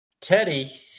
Teddy